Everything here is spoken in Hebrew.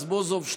יואל רזבוזוב,